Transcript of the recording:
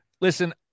Listen